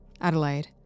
Adelaide